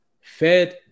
Fed